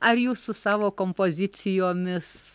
ar jūs su savo kompozicijomis